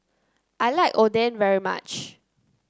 I like Oden very much